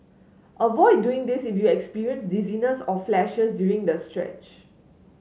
avoid doing this if you experience dizziness or flashes during the stretch